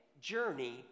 journey